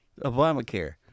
Obamacare